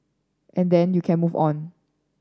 and then you can move on